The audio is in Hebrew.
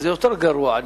זה יותר גרוע,